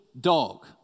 dog